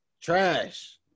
trash